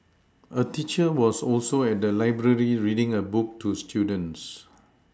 a teacher was also at the library reading a book to students